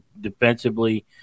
defensively